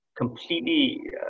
completely